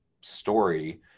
story